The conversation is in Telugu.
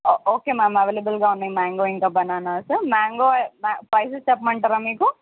ఓకే మ్యామ్ అవైలబుల్గా ఉన్నాయి మ్యాంగో ఇంకా బనానాస్ మ్యాంగో ప్రైసెస్ చెప్పమంటారా మీకు